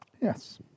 Yes